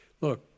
Look